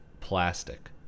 plastic